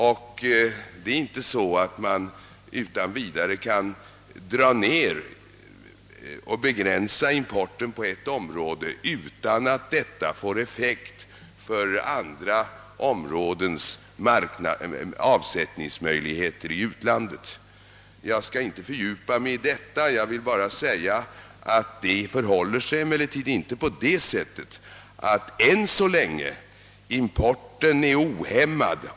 Och det går inte att begränsa importen på ett område utan att detta får effekt också på andra områdens avsättningsmöjligheter i utlandet. Jag skall emellertid inte fördjupa mig i detta. Jag vill avslutningsvis endast understryka att det än så länge inte förhåller sig på det sättet att importen av textilvaror är ohämmad.